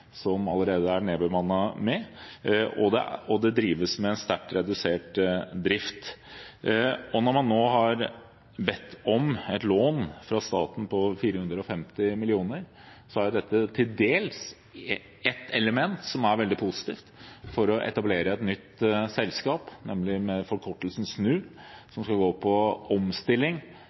og det drives med sterkt redusert drift. Når man nå har bedt om et lån fra staten på 450 mill. kr, har dette til dels ett element som er veldig positivt, nemlig å etablere et nytt selskap, med forkortelsen SNU,